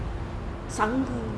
சங்கு:sangu